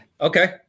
Okay